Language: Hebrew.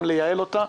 גם לייעל אותה.